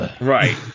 Right